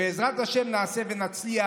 ובעזרת השם נעשה ונצליח,